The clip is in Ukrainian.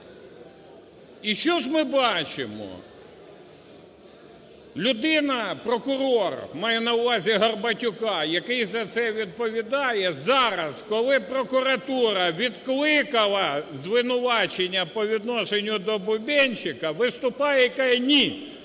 І що ж ми бачимо? Людина, прокурор, маю на увазі Горбатюка, який за це відповідає зараз, коли прокуратура відкликала звинувачення по відношенню до Бубенчика, виступає і каже: "Ні,